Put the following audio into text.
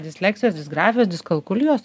disleksijos disgrafijos diskalkulijos